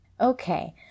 Okay